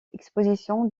expositions